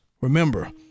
Remember